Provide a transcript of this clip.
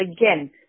again